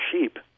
Sheep